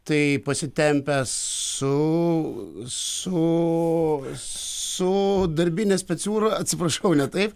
tai pasitempęs su su su darbine specūra atsiprašau ne taip